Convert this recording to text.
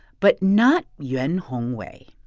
but not yuan hongwei.